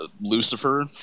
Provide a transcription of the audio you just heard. Lucifer